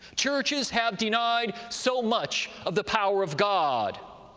churches have denied so much of the power of god,